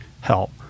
help